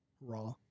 Raw